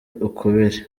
ukubiri